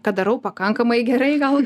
kad darau pakankamai gerai gal